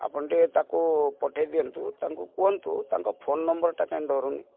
ଆପଣ ଟିକେ ତାକୁ ପଠାଇ ଦିଅନ୍ତୁ ତାଙ୍କୁ କୁହନ୍ତୁ ତାଙ୍କ ଫୋନ୍ ନମ୍ବରଟା କାହିଁ ଧରୁନି